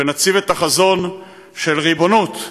ונציב את החזון של ריבונות,